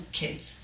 kids